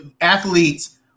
Athletes